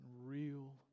real